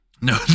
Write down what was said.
No